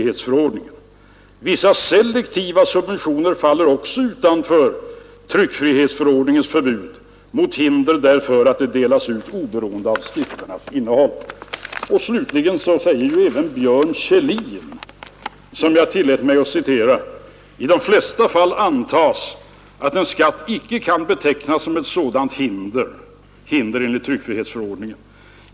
Vissa selektiva subventioner faller också utanför TF:s förbud mot hinder därför att de delas ut oberoende av skrifternas innehåll.” Slutligen säger även Björn Kjellin, som jag tillät mig att citera, beträffande frågan huruvida en skatt kan utgöra ett hinder enligt tryckfrihetsförordningen, att man kan ”i de flesta fall anta att en skatt icke kan betecknas som ett sådant hinder.